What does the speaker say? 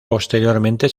posteriormente